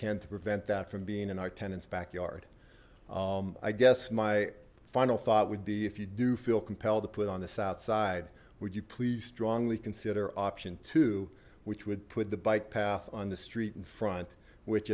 can to prevent that from being in our tenants backyard i guess my final thought would be if you do feel compelled to put on the south side would you please strongly consider option two which would put the bike path on the street in front which